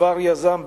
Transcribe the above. כבר יזם,